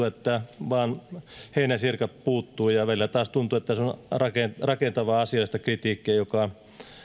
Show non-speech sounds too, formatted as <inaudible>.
<unintelligible> että vain heinäsirkat puuttuvat ja välillä taas tuntui että se on rakentavaa asiallista kritiikkiä joka